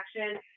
action